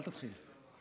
אל תתערב,